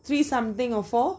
three something or four